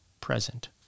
present